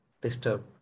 disturbed